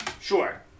Sure